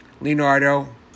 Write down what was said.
Leonardo